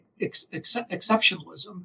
exceptionalism